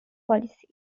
policy